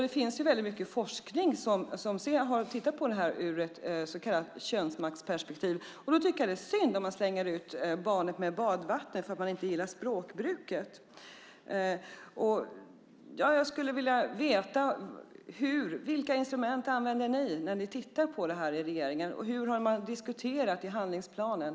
Det finns mycket forskning som har sett på detta ur ett så kallat könsmaktsperspektiv, och då är det synd att man slänger ut barnet med badvattnet för att man inte gillar språkbruket. Jag skulle vilja veta vilka instrument ni använder när ni i regeringen tittar på detta, och hur har man diskuterat i handlingsplanen?